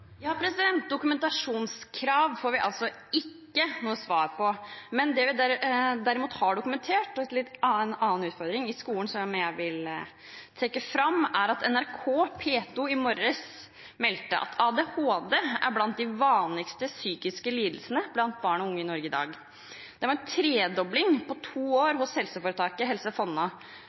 Dokumentasjonskrav får vi altså ikke noe svar på. Men det vi derimot har dokumentert, og en litt annen utfordring i skolen som jeg vil trekke fram, er at NRK P2 i morges meldte at ADHD er blant de vanligste psykiske lidelsene blant barn og unge i Norge i dag. Det var en tredobling av ADHD-tilfeller på to år hos helseforetaket Helse Fonna.